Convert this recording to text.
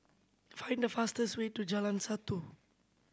find the fastest way to Jalan Satu